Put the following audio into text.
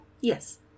Yes